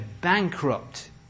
bankrupt